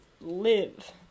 live